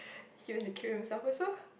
he went to kill himself also